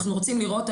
אנחנו רוצים לראות,